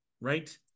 right